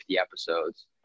episodes